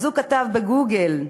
אז הוא כתב ב"גוגל"